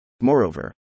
Moreover